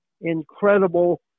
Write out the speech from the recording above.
incredible